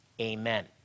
Amen